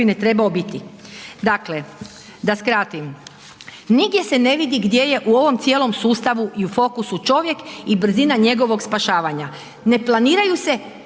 trebao biti. Dakle, da skratim, nigdje se ne vidi gdje je u ovom cijelom sustavu i u fokusu čovjek i brzina njegovog spašavanja. Ne planiraju se,